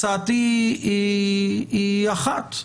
הצעתי היא אחת,